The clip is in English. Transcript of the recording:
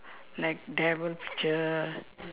like devil picture